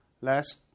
last